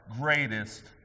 greatest